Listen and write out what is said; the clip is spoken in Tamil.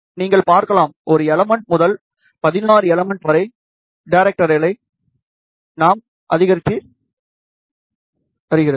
நீங்கள் பார்க்கலாம் ஒரு எலமென்ட் முதல் பதினொரு எலமென்ட் வரை டேரைக்டரைகளை நாம் காணலாம் அதிகரித்து வருகிறது